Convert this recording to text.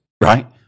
right